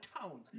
town